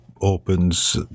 opens